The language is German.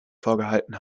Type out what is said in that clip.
vorgehalten